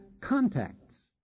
contacts